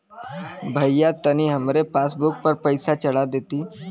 भईया तनि हमरे पासबुक पर पैसा चढ़ा देती